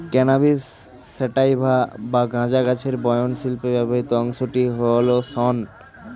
cannabis sativa বা গাঁজা গাছের বয়ন শিল্পে ব্যবহৃত অংশটি হল শন